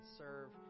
serve